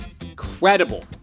incredible